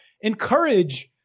encourage –